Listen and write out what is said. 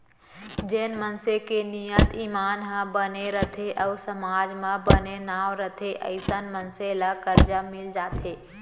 जेन मनसे के नियत, ईमान ह बने रथे अउ समाज म बने नांव रथे अइसन मनसे ल करजा मिल जाथे